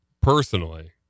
personally